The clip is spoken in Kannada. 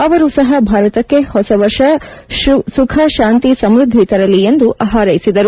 ಅವರೂ ಸಹ ಭಾರತಕ್ಕೆ ಹೊಸವರ್ಷ ಸುಖ ಶಾಂತಿ ಸಮೃದ್ಧಿ ತರಲಿ ಎಂದು ಹಾರೈಸಿದರು